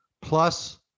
plus